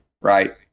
right